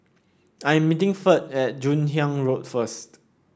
I am meeting Ferd at Joon Hiang Road first